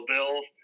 Bills